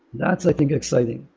that's i think exciting